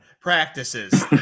practices